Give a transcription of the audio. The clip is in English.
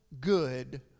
good